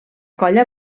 colla